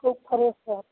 खूब फरेश छौ